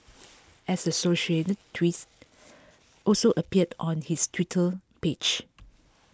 an associated tweet also appeared on his Twitter page